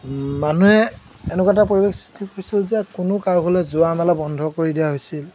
মানুহে এনেকুৱা এটা পৰিৱেশ সৃষ্টি হৈছিল যে কোনো কাৰো ঘৰলৈ যোৱা মেলা বন্ধ কৰি দিয়া হৈছিল